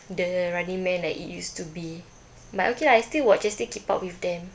the running man that it used to be but okay lah I still watch I still keep up with them